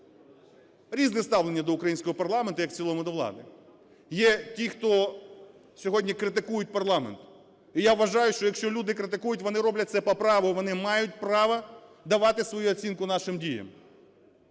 різне ставлення до українського парламенту, як в цілому до влади. Є ті, хто сьогодні критикують парламент. Я вважаю, що якщо люди критикують, вони роблять це по праву, вони мають право давати свою оцінку нашим діям.